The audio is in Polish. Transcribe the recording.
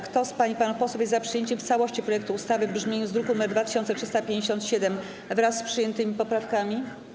Kto z pań i panów posłów jest za przyjęciem w całości projektu ustawy w brzmieniu z druku nr 2357, wraz z przyjętymi poprawkami?